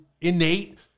innate